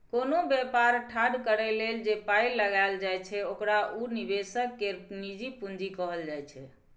कोनो बेपार ठाढ़ करइ लेल जे पाइ लगाइल जाइ छै ओकरा उ निवेशक केर निजी पूंजी कहल जाइ छै